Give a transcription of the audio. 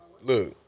look